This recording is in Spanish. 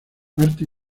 parte